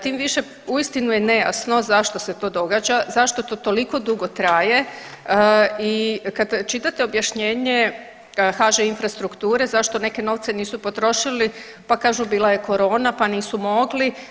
Tim više uistinu je nejasno zašto se to događa, zašto to toliko dugo traje i kad čitate objašnjenje HŽ Infrastrukture zašto neke novce nisu potrošili, pa kažu bila je korona pa nisu mogli.